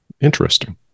Interesting